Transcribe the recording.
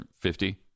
fifty